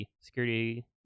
Security